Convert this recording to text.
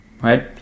Right